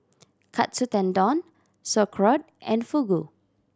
Katsu Tendon Sauerkraut and Fugu